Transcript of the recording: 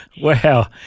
Wow